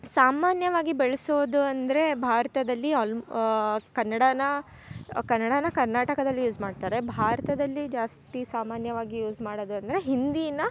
ಸಾಮಾನ್ಯವಾಗಿ ಬೆಳೆಸೋದು ಅಂದರೆ ಭಾರತದಲ್ಲಿ ಅಲ್ಮ್ ಕನ್ನಡ ಕನ್ನಡ ಕರ್ನಾಟಕದಲ್ಲಿ ಯೂಸ್ ಮಾಡ್ತಾರೆ ಭಾರತದಲ್ಲಿ ಜಾಸ್ತಿ ಸಾಮಾನ್ಯವಾಗಿ ಯೂಸ್ ಮಾಡೋದು ಅಂದರೆ ಹಿಂದೀ